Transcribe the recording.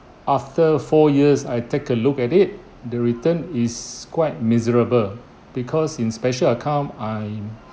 after four years I take a look at it the return is quite miserable because in special account I